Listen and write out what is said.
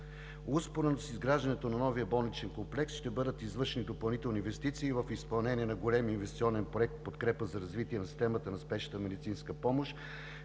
Успоредно с изграждането на новия болничен комплекс ще бъдат извършени и допълнителни инвестиции в изпълнение на големия инвестиционен проект „Подкрепа за развитие на системата на спешната медицинска помощ“,